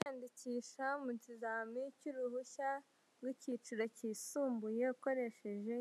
Kwiyandikisha mu kizamini cy'uruhushya rw'icyiciro cyisumbuye, ukoresheje